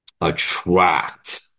attract